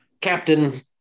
captain